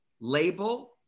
label